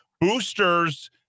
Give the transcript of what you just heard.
Boosters